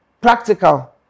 practical